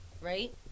right